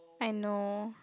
I know